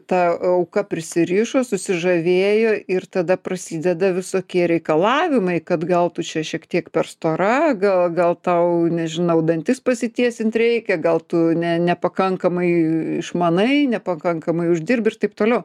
ta auka prisirišo susižavėjo ir tada prasideda visokie reikalavimai kad gal tu čia šiek tiek per stora gal gal tau nežinau dantis pasitiesint reikia gal tu ne nepakankamai išmanai nepakankamai uždirbi ir taip toliau